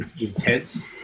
intense